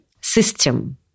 System